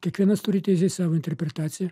kiekvienas turite savo interpretaciją